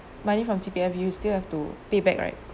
money from C_P_F you still have to pay back right